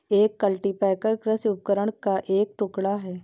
एक कल्टीपैकर कृषि उपकरण का एक टुकड़ा है